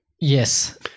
Yes